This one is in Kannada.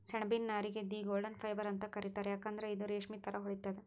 ಸೆಣಬಿನ್ ನಾರಿಗ್ ದಿ ಗೋಲ್ಡನ್ ಫೈಬರ್ ಅಂತ್ ಕರಿತಾರ್ ಯಾಕಂದ್ರ್ ಇದು ರೇಶ್ಮಿ ಥರಾ ಹೊಳಿತದ್